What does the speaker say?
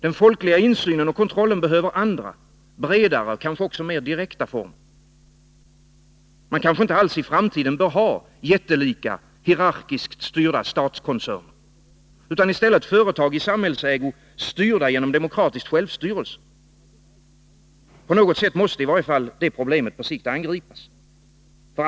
Den folkliga insynen och kontrollen behöver andra, bredare och kanske också mera direkta former. Man kanske i framtiden inte alls bör ha jättelika, hierarkiskt styrda statskoncerner utan i stället företag i samhälls ägo, styrda genom demokratisk självstyrelse. På något sätt måste i varje fall det problemet på sikt angripas.